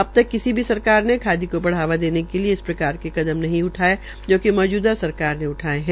अब तक किसी भी सरकार ने खादी को बढावा देने के लिए इस प्रकार के कदम नहीं उठाए जोकि मौजूदा सरकारने उठाये है